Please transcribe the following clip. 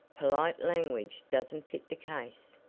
polite language doesn't fit the case.